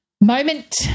Moment